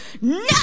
No